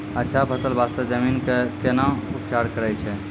अच्छा फसल बास्ते जमीन कऽ कै ना उपचार करैय छै